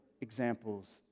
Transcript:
examples